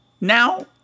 now